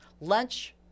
lunch